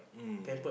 mm